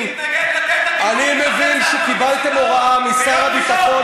אתה עומד על הדוכן